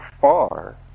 far